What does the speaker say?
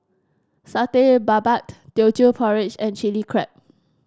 Satay Babat Teochew Porridge and Chili Crab